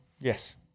Yes